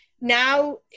now